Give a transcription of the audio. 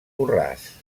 borràs